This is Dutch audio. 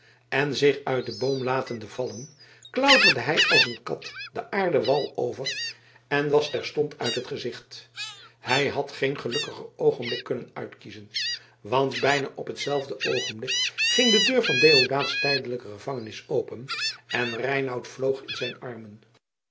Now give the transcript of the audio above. en zich uit den boom latende vallen klauterde hij als een kat den aarden wal over en was terstond uit het gezicht hij had geen gelukkiger oogenblik kunnen uitkiezen want bijna op hetzelfde oogenblik ging de deur van deodaats tijdelijke gevangenis open en reinout vloog in zijn armen